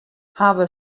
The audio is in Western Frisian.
hawwe